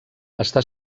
està